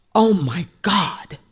oh, my god.